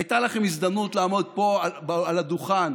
הייתה לכם הזדמנות לעמוד פה על הדוכן